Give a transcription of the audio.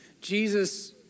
Jesus